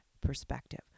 perspective